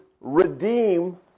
redeem